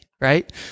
right